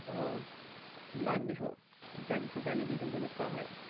মাঘ বিহু যাক ভোগালী বিহু বুলি কোৱা হয়